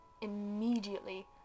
immediately